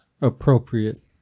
appropriate